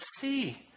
see